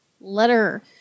letter